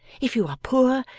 if you are poor,